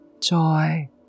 Joy